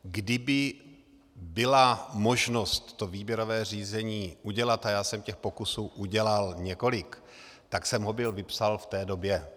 Kdyby byla možnost to výběrové řízení udělat, a já jsem těch pokusů udělal několik, tak jsem ho byl vypsal v té době.